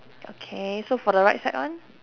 okay so for the right side one